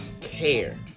care